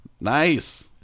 Nice